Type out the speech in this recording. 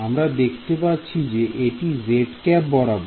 আমরা দেখতে পাচ্ছি যে এটি zˆ বরাবর